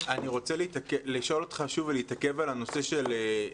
אני רוצה להתעכב ולשאול אותך בנושא ההחרגה